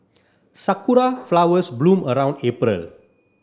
Sakura flowers bloom around April